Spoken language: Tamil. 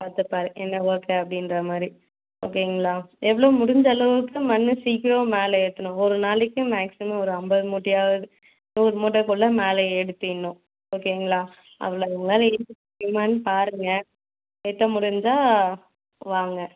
பார்த்துப்பாரு என்ன ஒர்க்கு அப்படின்ற மாதிரி ஓகேங்களா எவ்வளோ முடிஞ்ச அளவுக்கு மண்ணு சீக்கிரம் மேலே ஏற்றணும் ஒரு நாளைக்கு மேக்ஸிமம் ஒரு ஐம்பது மூட்டையாவது நூறு மூட்டைக்குள்ள மேலே ஏற்றிர்ணும் ஓகேங்களா அவ்வளவு வேலை இருக்குது என்னன்னு பாருங்கள் ஏற்ற முடிஞ்சால் வாங்க